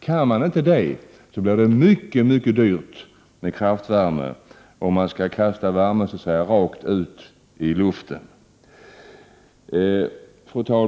I annat fall blir det mycket mycket dyrt med kraftvärme, om man skall kasta värmen rakt ut i luften. Fru talman!